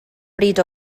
bryd